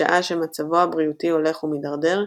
בשעה שמצבו הבריאותי הולך ומתדרדר,